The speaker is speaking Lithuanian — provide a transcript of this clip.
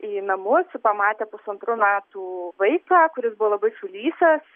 į namus pamatė pusantrų metų vaiką kuris buvo labai sulysęs